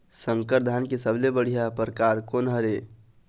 संकर धान के सबले बढ़िया परकार कोन हर ये?